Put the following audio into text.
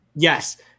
Yes